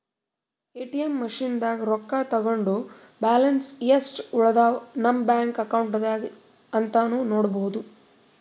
ATM ಮಷಿನ್ದಾಗ್ ರೊಕ್ಕ ತಕ್ಕೊಂಡ್ ಬ್ಯಾಲೆನ್ಸ್ ಯೆಸ್ಟ್ ಉಳದವ್ ನಮ್ ಬ್ಯಾಂಕ್ ಅಕೌಂಟ್ದಾಗ್ ಅಂತಾನೂ ನೋಡ್ಬಹುದ್